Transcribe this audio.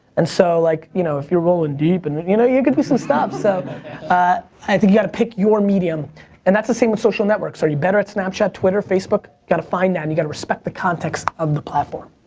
and so, like, you know, if you're rolling deep, and you know you're gonna do some stuff, so i think you got to pick your medium and that's the same with social network. so you're better at snapchat, twitter, facebook, gotta find that and you gotta respect the context of the platform.